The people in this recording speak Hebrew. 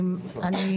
תודה רבה.